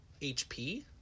HP